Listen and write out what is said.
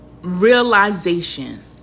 realization